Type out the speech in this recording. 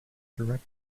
direct